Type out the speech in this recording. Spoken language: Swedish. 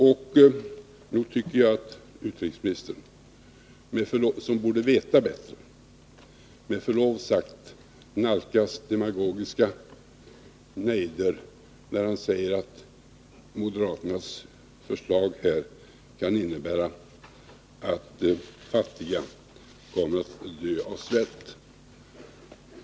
Nog tycker jag att utrikesministern, som borde veta bättre, med förlov sagt nalkas demagogiska nejder när han säger att moderaternas förslag här kan innebära att fattiga kommer att dö av svält.